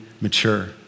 mature